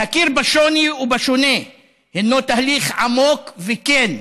להכיר בשוני ובשונה הינו תהליך עמוק וכן